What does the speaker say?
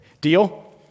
Deal